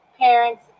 parents